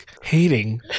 hating